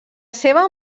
seva